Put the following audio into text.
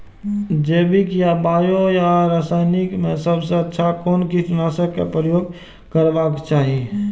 जैविक या बायो या रासायनिक में सबसँ अच्छा कोन कीटनाशक क प्रयोग करबाक चाही?